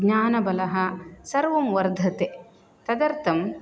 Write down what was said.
ज्ञानबलं सर्वं वर्धते तदर्थं